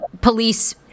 police